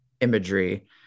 imagery